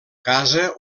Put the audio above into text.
casa